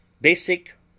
basic